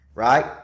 Right